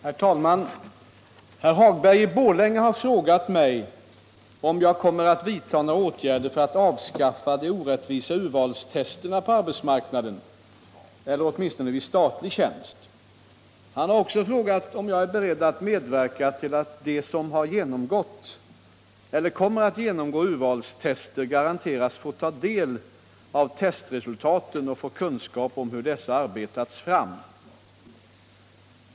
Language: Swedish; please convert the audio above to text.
Herr talman! Herr Hagberg i Borlänge har frågat mig om jag kommer att vidta några åtgärder för att avskaffa de orättvisa urvalstesterna på arbetsmarknaden eller åtminstone vid statlig tjänst. Han har också frågat om jag är beredd att medverka till att de som har genomgått eller kommer att genomgå urvalstester garanteras få ta del av testresultaten och få kunskap om hur dessa arbetats fram.